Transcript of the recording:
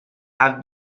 have